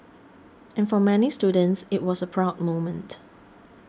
and for many students it was a proud moment